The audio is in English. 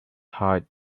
heart